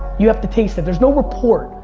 you have to taste it. there's no report.